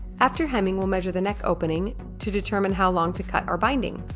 after hemming we'll measure the neck opening to determine how long to cut our binding.